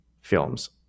films